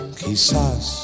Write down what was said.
quizás